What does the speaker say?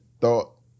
thought